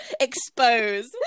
Expose